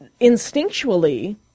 instinctually